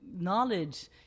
knowledge